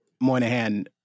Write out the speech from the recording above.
Moynihan